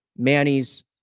Manny's